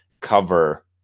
cover